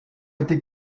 été